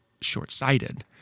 short-sighted